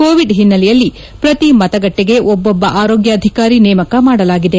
Covid ಹಿನ್ನೆಲೆಯಲ್ಲಿ ಪ್ರತಿ ಮತಗಟ್ಟೆಗೆ ಒಬ್ಬೊಬ್ಬ ಆರೋಗ್ಯಾಧಿಕಾರಿ ನೇಮಕ ಮಾಡಲಾಗಿದೆ